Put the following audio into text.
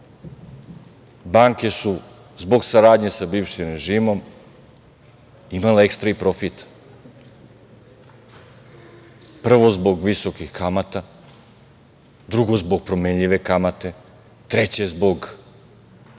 Banke su zbog saradnje sa bivšim režimom imale ekstra i profit prvo zbog visokih kamata, drugo zbog promenljive kamate, treće zbog